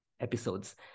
episodes